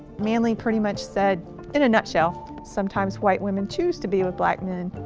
manly pretty much said in a nutshell sometimes white women choose to be with black men.